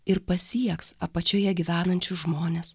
ir pasieks apačioje gyvenančius žmones